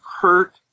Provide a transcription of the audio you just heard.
hurt